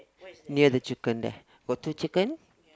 near the chicken there got two chicken